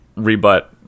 rebut